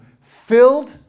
filled